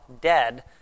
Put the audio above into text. dead